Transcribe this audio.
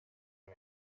کنن